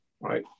right